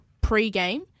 pre-game